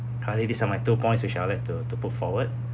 currently these are my two points which I would like to to put forward